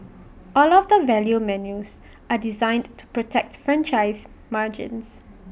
all of the value menus are designed to protects franchisee margins